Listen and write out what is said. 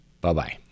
Bye-bye